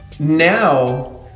Now